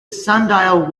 sundial